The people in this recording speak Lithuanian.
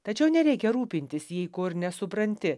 tačiau nereikia rūpintis jei ko ir nesupranti